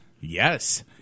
Yes